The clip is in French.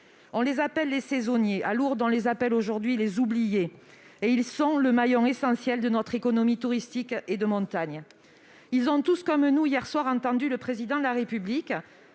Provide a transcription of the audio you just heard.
On les appelle les saisonniers ; à Lourdes, on les appelle aujourd'hui les oubliés. Ils sont le maillon essentiel de notre économie touristique et de montagne. Hier soir, ils ont comme nous tous entendu le Président de la République